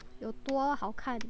有多好看